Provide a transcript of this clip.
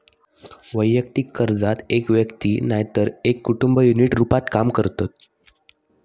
वैयक्तिक कर्जात एक व्यक्ती नायतर एक कुटुंब युनिट रूपात काम करतत